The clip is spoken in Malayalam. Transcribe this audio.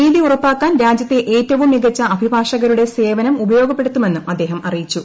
നീതി ഉറപ്പാക്കാൻ രാജ്യത്തെ ഏറ്റവും മികച്ച അഭിഭാഷകരുടെ സേവനം ഉപയോഗപ്പെടുത്തുമെന്നും അദ്ദേഹം അറിയിച്ചു